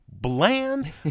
bland